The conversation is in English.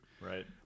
right